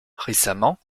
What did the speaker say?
récemment